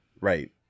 right